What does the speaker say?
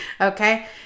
Okay